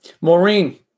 Maureen